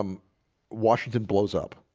um washington blows up